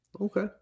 okay